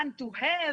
fun to have.